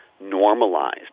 normalized